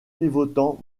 pivotant